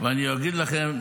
-- ואני אגיד לכם,